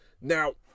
Now